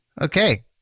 Okay